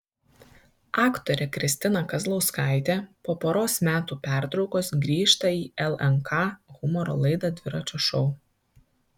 aktorė kristina kazlauskaitė po poros metų pertraukos grįžta į lnk humoro laidą dviračio šou